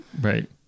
right